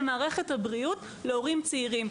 של מערכת הבריאות בפני ההורים הצעירים.